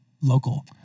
local